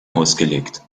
ausgelegt